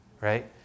right